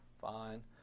Fine